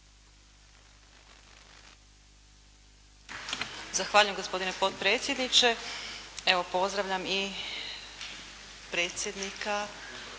Zahvaljujem gospodine potpredsjedniče. Evo, pozdravljam i predsjednika